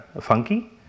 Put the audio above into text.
funky